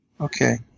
Okay